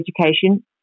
education